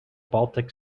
baltic